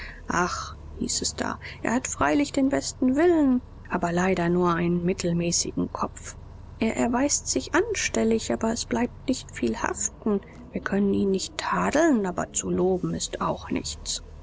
ach hieß es da er hat freilich den besten willen aber leider nur einen mittelmäßigen kopf er erweist sich anstellig aber es bleibt nicht viel haften wir können ihn nicht tadeln aber zu loben ist auch nichts